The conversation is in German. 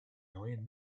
neuen